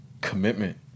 commitment